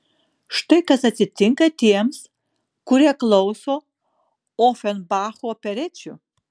štai kas atsitinka tiems kurie klauso ofenbacho operečių